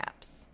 apps